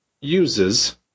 uses